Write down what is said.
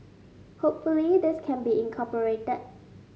hopefully this can be incorporated